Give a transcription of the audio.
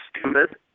stupid